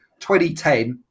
2010